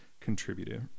contributor